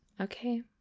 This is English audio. okay